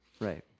Right